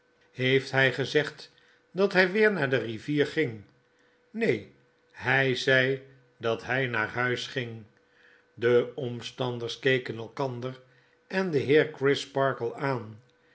heeft hg gezegd dat hij weer naar de rivier ging neen hq zei dat hjj naar huis ging de omstanders keken elkander en den heer crisparkle aan